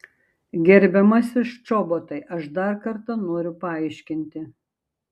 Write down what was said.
gerbiamasis čobotai aš dar kartą noriu paaiškinti